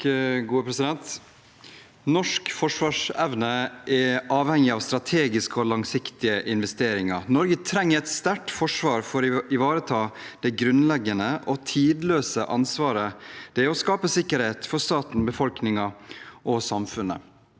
Norsk forsvars- evne er avhengig av strategiske og langsiktige investeringer. Norge trenger et sterkt forsvar for å ivareta det grunnleggende og tidløse ansvaret det er å skape sikkerhet for staten, befolkningen og samfunnet.